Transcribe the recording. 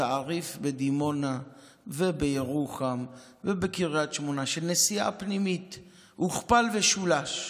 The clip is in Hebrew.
התעריף בדימונה ובירוחם ובקריית שמונה של נסיעה פנימית הוכפל ושולש.